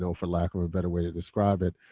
so for lack of a better way to describe it.